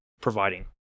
providing